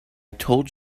told